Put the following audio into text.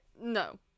No